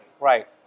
Right